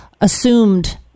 assumed